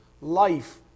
life